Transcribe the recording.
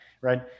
right